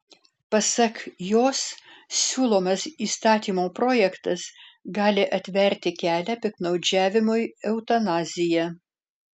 pasak jos siūlomas įstatymo projektas gali atverti kelią piktnaudžiavimui eutanazija